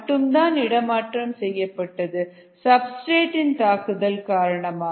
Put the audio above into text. மட்டும்தான் இடமாற்றம் செய்யப்பட்டது சப்ஸ்டிரேட் இன் தாக்குதல் காரணமாக